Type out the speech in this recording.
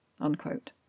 Unquote